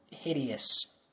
Hideous